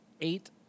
eight